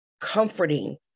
comforting